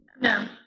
No